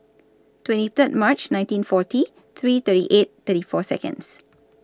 twenty Third March nineteen forty three thirty eight thirty four Seconds